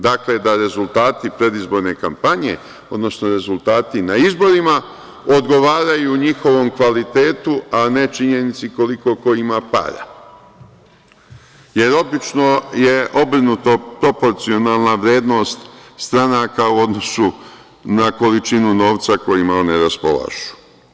Dakle, da rezultati predizborne kampanje, odnosno rezultati na izborima odgovaraju njihovom kvalitetu, a ne činjenici koliko ko ima para, jer obično je obrnuto proporcionalna vrednost stranaka u odnosu na količinu novca kojim oni raspolažu.